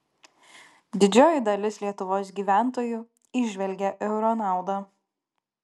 didžioji dalis lietuvos gyventojų įžvelgia euro naudą